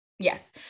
Yes